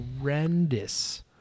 horrendous